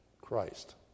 Christ